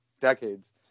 decades